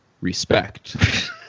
respect